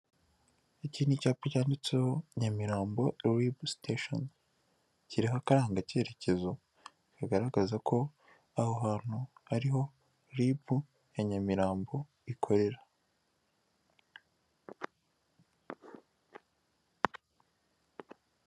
Iki ni icyapa cyanditseho Nyamirambo ribu sitesheni. Kiriho akarangacyerekezo kagaragaza ko aho hantu ari ho ribu ya Nyamirambo ikorera.